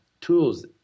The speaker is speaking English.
tools